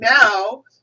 now